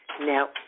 Now